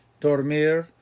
dormir